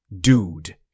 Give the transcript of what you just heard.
dude